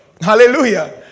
Hallelujah